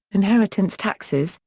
inheritance taxes,